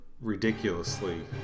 ridiculously